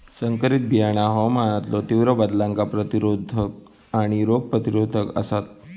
संकरित बियाणा हवामानातलो तीव्र बदलांका प्रतिरोधक आणि रोग प्रतिरोधक आसात